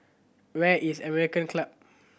where is American Club